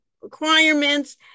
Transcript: requirements